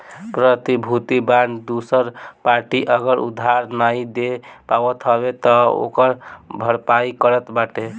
प्रतिभूति बांड दूसर पार्टी अगर उधार नाइ दे पावत हवे तअ ओकर भरपाई करत बाटे